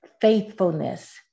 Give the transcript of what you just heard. faithfulness